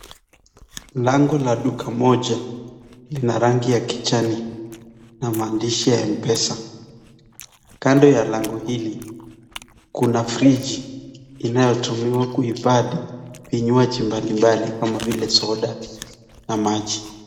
Lango la duka moja lina rangi ya kijani, na maandishi ya mpesa , kando ya lango hili, kuna friji inayotumiwa kuhifadhi vinywaji mbalimbali kama vile soda, na maji.